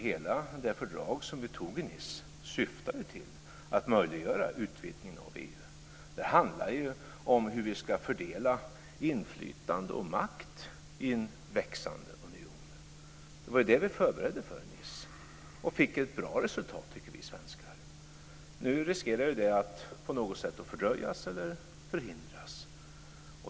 Hela det fördrag som antogs i Nice syftade till att möjliggöra en utvidgning av EU. Det handlar om hur vi ska fördela inflytande och makt i en växande union. Det var ju detta som förbereddes i Nice, och det blev ett bra resultat, tycker vi svenskar. Nu riskerar detta att fördröjas eller förhindras.